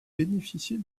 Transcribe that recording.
bénéficier